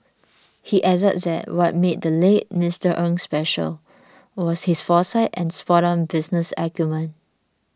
he added that what made the late Mister special was his foresight and spoton business acumen